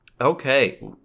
Okay